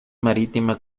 marítima